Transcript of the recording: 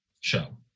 show